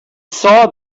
saw